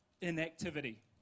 inactivity